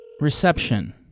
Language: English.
Reception